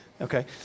Okay